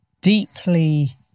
deeply